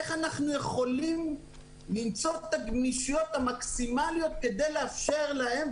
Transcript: איך אנחנו יכולים למצוא את הגמישויות המקסימליות כדי לאפשר להם,